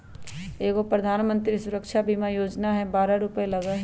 एगो प्रधानमंत्री सुरक्षा बीमा योजना है बारह रु लगहई?